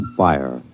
fire